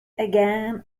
again